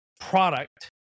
product